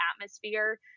atmosphere